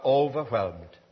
overwhelmed